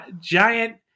Giant